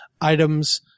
items